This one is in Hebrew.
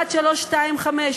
"1325",